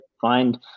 find